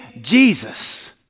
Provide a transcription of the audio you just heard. Jesus